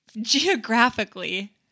geographically